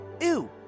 Ew